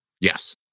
Yes